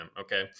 Okay